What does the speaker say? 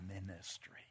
ministry